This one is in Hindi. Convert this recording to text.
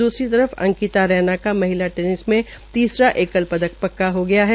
दूसरी तरफ अंकिता रैना का महिला टेनिस मे तीसरा एकल पदक पक्का हो गया है